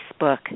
Facebook